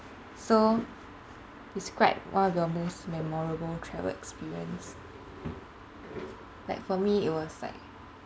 so describe one of your most memorable travel experience like for me it was like